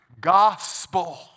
gospel